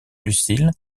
lucile